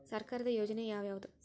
ಸರ್ಕಾರದ ಯೋಜನೆ ಯಾವ್ ಯಾವ್ದ್?